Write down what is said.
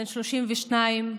בן 32,